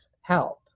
help